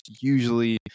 usually